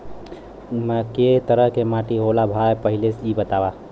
कै तरह के माटी होला भाय पहिले इ बतावा?